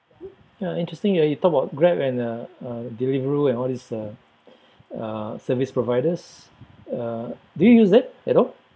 ya interesting ya you talk about Grab and uh uh Deliveroo and all these uh uh service providers uh do you use it at all